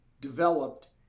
developed